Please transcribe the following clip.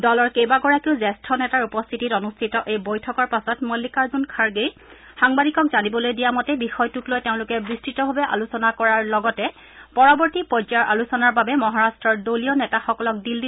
দলৰ কেইবাগৰাকীও জ্যেষ্ঠ নেতাৰ উপস্থিতিত অনুষ্ঠিত এই বৈঠকৰ পাছত মল্লিকাৰ্জুন খাগেই সাংবাদিকক জানিবলৈ দিয়া মতে বিষয়টোক লৈ তেওঁলোকে বিস্তৃতভাৱে আলোচনা কৰাৰ লগতে পৰৱৰ্তী পৰ্যায়ৰ আলোচনাৰ বাবে মহাৰাট্টৰ দলীয় নেতাসকলক দিল্লীলৈ মাতি পঠোৱা হৈছে